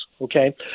Okay